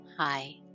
Hi